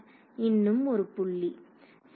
மாணவர் இன்னும் ஒரு புள்ளி Refer Time 0017